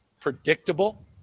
predictable